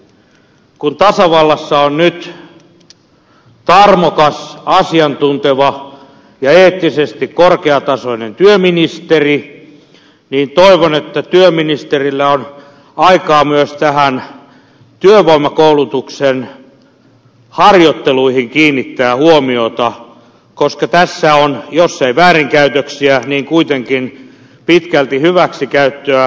kun tasavallassa on nyt tarmokas asiantunteva ja eettisesti korkeatasoinen työministeri niin toivon että työministerillä on aikaa myös työvoimakoulutuksen harjoitteluihin kiinnittää huomiota koska tässä on jos ei väärinkäytöksiä niin kuitenkin pitkälti hyväksikäyttöä